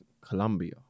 Colombia